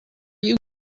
you